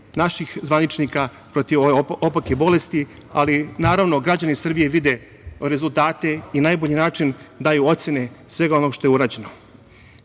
naših zvaničnika protiv ove opake bolesti, ali naravno, građani Srbije vide rezultate i na najbolji način daju ocene svega onog što je urađeno. Što